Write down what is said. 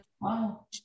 wow